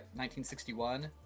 1961